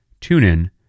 TuneIn